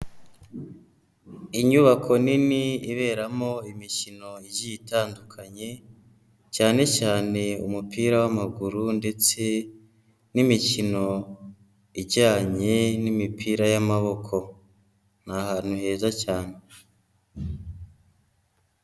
Inyubako nini iberamo imikino igiye itandukanye, cyane cyane umupira w'amaguru ndetse n'imikino ijyanye n'imipira y'amaboko, ni ahantu heza cyane.